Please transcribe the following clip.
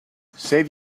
save